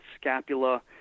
scapula